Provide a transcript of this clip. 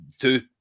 Two